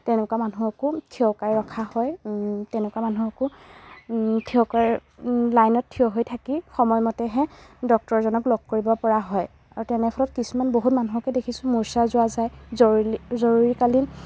তেনেকুৱা মানুহকো থিয় কৰাই ৰখা হয় তেনেকুৱা মানুহকো থিয় কৰাই লাইনত থিয় হৈ থাকি সময়মতেহে ডক্টৰজনক লগ কৰিব পৰা হয় আৰু তেনে ফলত কিছুমান বহুত মানুহকে দেখিছোঁ মূৰ্ছা যোৱা যায় জৰুৰীকালীন